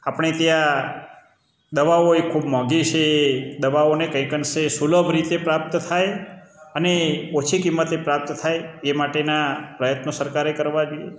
આપણે ત્યાં દવાઓ એ ખૂબ મોંઘી છે દવાઓને કંઈક અંશે સુલભ રીતે પ્રાપ્ત થાય અને ઓછી કિંમતે પ્રાપ્ત થાય એ માટેના પ્રયત્નો સરકારે કરવા જોઈએ